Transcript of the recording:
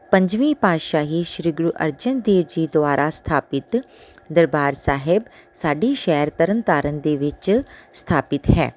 ਪੰਜਵੀਂ ਪਾਤਸ਼ਾਹੀ ਸ਼੍ਰੀ ਗੁਰੂ ਅਰਜਨ ਦੇਵ ਜੀ ਦੁਆਰਾ ਸਥਾਪਿਤ ਦਰਬਾਰ ਸਾਹਿਬ ਸਾਡੇ ਸ਼ਹਿਰ ਤਰਨ ਤਾਰਨ ਦੇ ਵਿੱਚ ਸਥਾਪਿਤ ਹੈ